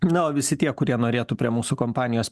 na o visi tie kurie norėtų prie mūsų kompanijos